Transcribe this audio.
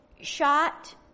shot